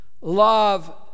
Love